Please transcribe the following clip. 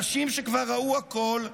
אנשים שכבר ראו הכול,